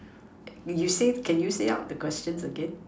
you say can say out the questions again